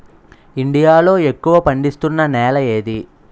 India లో ఎక్కువ పండిస్తున్నా నేల ఏది?